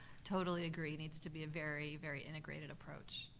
totally agree, needs to be a very, very integrated approach.